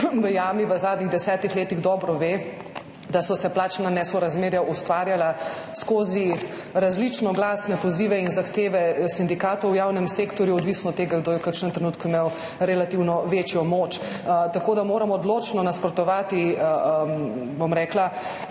v jami v zadnjih 10 letih, dobro ve, da so se plačna nesorazmerja ustvarjala skozi različno glasne pozive in zahteve sindikatov v javnem sektorju, odvisno od tega, kdo je v kakšnem trenutku imel relativno večjo moč. Tako da moramo odločno nasprotovati, bom rekla